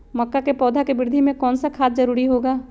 मक्का के पौधा के वृद्धि में कौन सा खाद जरूरी होगा?